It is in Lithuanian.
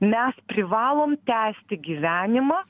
mes privalom tęsti gyvenimą